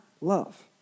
love